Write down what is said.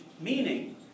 meaning